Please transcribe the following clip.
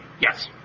Yes